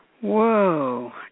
Whoa